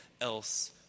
else